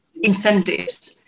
incentives